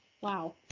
Wow